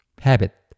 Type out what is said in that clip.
Habit